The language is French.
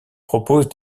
propose